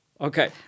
okay